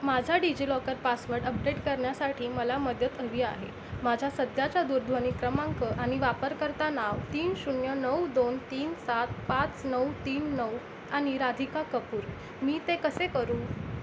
माझा DigiLocker password update करण्यासाठी मला मदत हवी आहे माझ्या सध्याच्या दूरध्वनी क्रमांक आणि वापरकर्ता नाव तीन शून्य नऊ दोन तीन सात पाच नऊ तीन नऊ आणि राधिका कपूर मी ते कसे करू